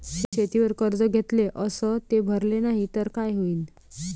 शेतीवर कर्ज घेतले अस ते भरले नाही तर काय होईन?